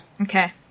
Okay